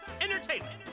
entertainment